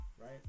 right